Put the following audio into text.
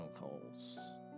calls